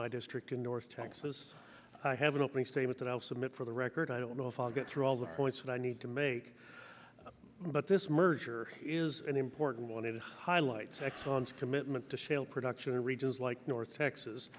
my district in north texas i have an opening statement that i will submit for the record i don't know if i'll get through all the points that i need to make but this merger is an important one it highlights exons commitment to shale production in regions like north texas